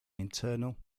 internal